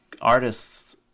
artists